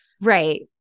Right